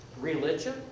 Religion